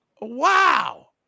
Wow